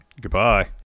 goodbye